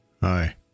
Hi